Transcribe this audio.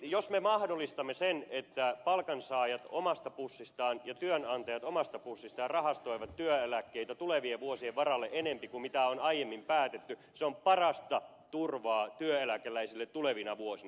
jos me mahdollistamme sen että palkansaajat omasta pussistaan ja työnantajat omasta pussistaan rahastoivat työeläkkeitä tulevien vuosien varalle enempi kuin mitä on aiemmin päätetty se on parasta turvaa työeläkeläisille tulevina vuosina